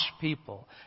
people